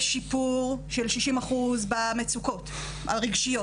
יש שיפור של 60% במצוקות הרגשיות,